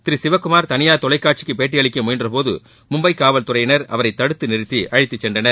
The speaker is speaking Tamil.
திரு சிவக்குமார் தனியார் தொலைக்காட்சிக்கு பேட்டி அளிக்க முயன்றபோது மும்பை காவல்துறையினர் அவரை தடுத்து நிறுத்தி அழைத்து சென்றனர்